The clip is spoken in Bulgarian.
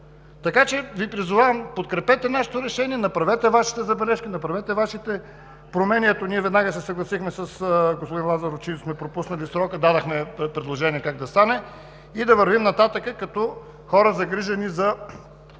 народ. Призовавам Ви – подкрепете нашия проект за решение, направете Вашите забележки, направете Вашите промени. Ето, ние веднага се съгласихме с господин Лазаров, че сме пропуснали срока – дадохме предложение как да стане, и да вървим нататък като хора, загрижени за